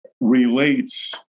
relates